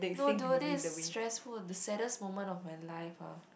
no dude this is stressful the saddest moment of my life ah